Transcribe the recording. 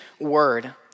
Word